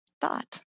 thought